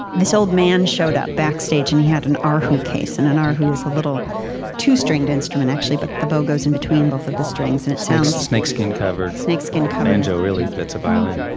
this old man showed up backstage, and he had an ah erhu case. and an erhu is a little two-stringed instrument, actually, but the bow goes in between both of the strings. and it sounds, snakeskin covered snakeskin covered banjo, really, but it's a violin